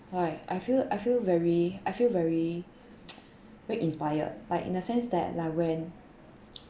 I I feel I feel very I feel very very inspired like in a sense that like when